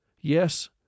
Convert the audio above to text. Yes